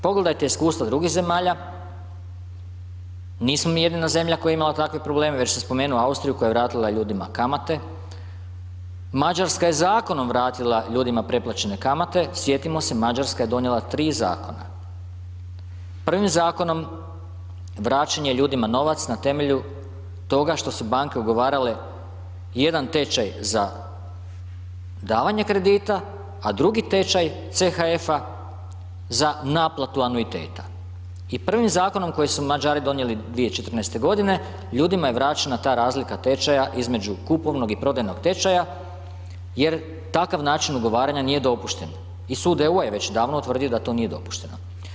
Pogledajte iskustva drugih zemalja, nismo mi jedina zemlja koja je imala takve probleme, već sam spomenuo Austriju koja je vratila ljudima kamate, Mađarska je zakonom vratila ljudima preplaćene kamate, sjetimo se Mađarska je donijela 3 zakona, prvim zakonom vraćen je ljudima novac na temelju toga što su banke ugovarale jedan tečaj za davanje kredita, a drugi tečaj CHF-a za naplatu anuiteta i prvim zakonom koji su Mađari donijeli 2014. godine ljudima je vraćena ta razlika tečaja između kupovnog i prodajnog tečaja jer takav način ugovaranja nije dopušten i sud EU je već davno utvrdio da to nije dopušteno.